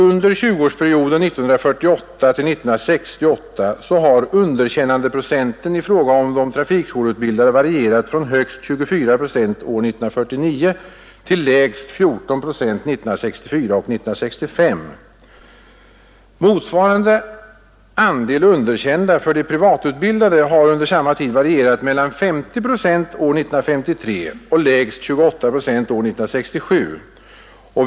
Under 20-årsperioden 1948-1968 har underkännandeprocenten i fråga om de trafikskoleutbildade varierat från högst 24 procent år 1949 till lägst 14 procent 1964 och 1965. Motsvarande andel underkända för de privatutbildade har under samma tid varierat mellan 50 procent år 1953 och lägst 28 procent år 1967.